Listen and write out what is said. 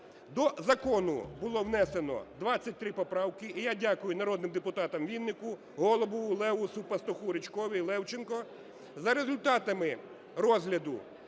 До закону було внесено 23 поправки, і я дякую народним депутатам Віннику, Голубову, Левусу, Пастуху, Ричковій, Левченку. За результатами розгляду